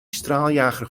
straaljager